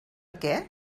què